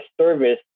service